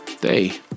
day